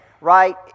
Right